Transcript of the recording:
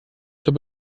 zur